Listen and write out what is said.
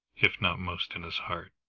if not most in his heart.